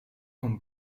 con